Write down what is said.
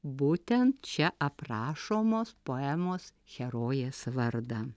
būtent čia aprašomos poemos herojės vardą